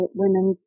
women